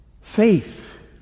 Faith